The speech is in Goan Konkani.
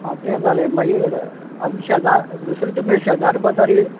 आं तें जालें मागीर आनी शेजारी दुसरे तुमगे शेजारी पाजारी